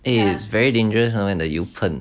eh very dangerous when the 油喷